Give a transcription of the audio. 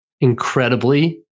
incredibly